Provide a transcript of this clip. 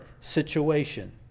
situation